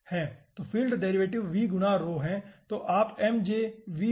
तो field derivative V गुणा ⍴ है